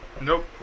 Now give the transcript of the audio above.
Nope